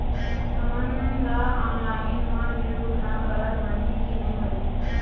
हमन ला ऑनलाइन म ऋण भुगतान करत बनही की नई बने?